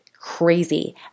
crazy